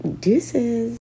Deuces